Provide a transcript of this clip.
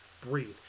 breathe